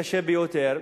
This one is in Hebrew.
קשה ביותר,